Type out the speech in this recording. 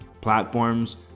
platforms